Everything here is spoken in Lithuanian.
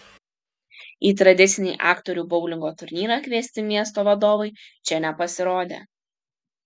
į tradicinį aktorių boulingo turnyrą kviesti miesto vadovai čia nepasirodė